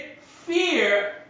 fear